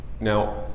now